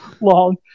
long